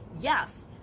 Yes